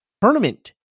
tournament